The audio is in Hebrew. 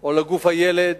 או לגוף הילד,